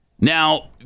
Now